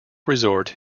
resort